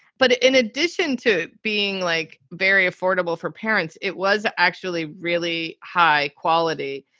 but in addition to being like very affordable for parents, it was actually really high quality.